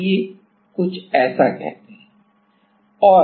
आइए कुछ ऐसा कहते हैं